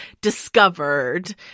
discovered